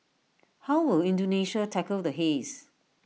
how will Indonesia tackle the haze